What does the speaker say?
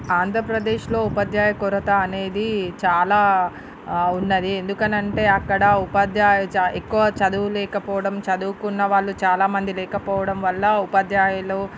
ఆంధ్రప్రదేశ్లో ఉపాధ్యాయ కొరత అనేది చాలా ఉన్నది ఎందుకంటే అక్కడ ఉపాధ్యాయులు ఎక్కువ చదువు లేకపోవడం చదువుకున్న వాళ్ళు చాలామంది లేకపోవడం వల్ల ఉపాధ్యాయులు